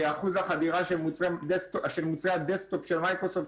אחוז החדירה של מוצרי ה-desk top של מייקרוסופט,